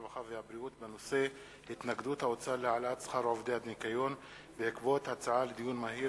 הרווחה והבריאות בעקבות דיון מהיר